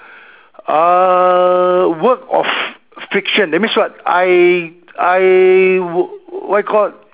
uh work of friction that means what I I wh~ what you called